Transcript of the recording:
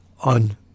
on